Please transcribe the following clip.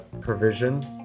provision